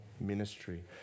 ministry